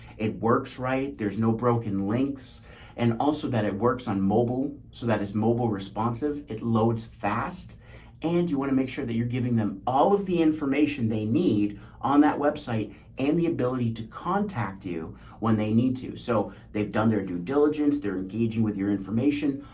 it works right? there's no broken links and also that it works on mobile so that it's mobile responsive. it loads fast and you want to make sure that you're giving them all of the information they need on that website and the ability to contact you when they need to. so they've done their due diligence, they're engaging with your information.